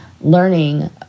learning